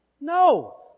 No